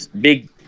big